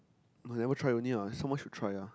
no never try only ah so much to try ah